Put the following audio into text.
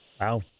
Wow